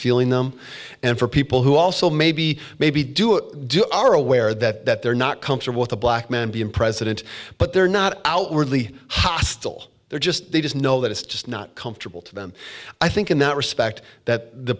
feeling numb and for people who also maybe maybe do it do are aware that they're not comfortable with a black man being president but they're not outwardly hostile they're just they just know that it's just not comfortable to them i think in that respect that the